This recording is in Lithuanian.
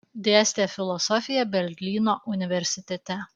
dėstė filosofiją berlyno universitete